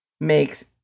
makes